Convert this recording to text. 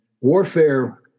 warfare